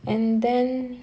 and then